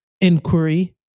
inquiry